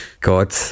God